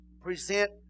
present